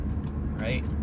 Right